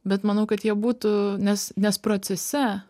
bet manau kad jie būtų nes nes procese